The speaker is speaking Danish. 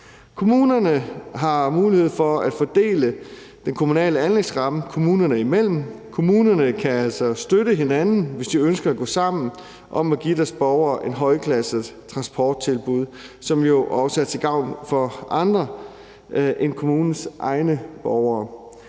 Kommunerne har mulighed for at fordele den kommunale anlægsramme kommunerne imellem. Kommunerne kan altså støtte hinanden, hvis de ønsker at gå sammen om at give deres borgere et højklassestransporttilbud, som jo også er til gavn for andre end kommunens egne borgere.